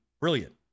Brilliant